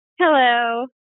Hello